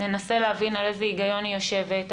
ננסה להבין על איזה היגיון היא יושבת,